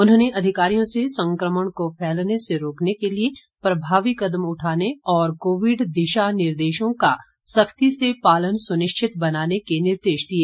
उन्होंने अधिकारियों से संक्रमण को फैलने से रोकने के लिए प्रभावी कदम उठाने और कोविड दिशा निर्देशों का सख्ती से पालन सुनिश्चित बनाने के निर्देश दिए